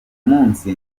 munsi